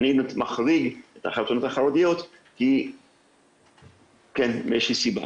אני מחריג את החתונות החרדיות כי יש לי סיבה.